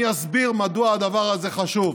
אני אסביר מדוע הדבר הזה חשוב.